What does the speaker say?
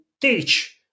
teach